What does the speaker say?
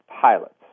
pilots